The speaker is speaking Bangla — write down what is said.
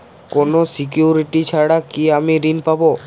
কোনো সিকুরিটি ছাড়া কি আমি ঋণ পাবো?